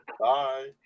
Bye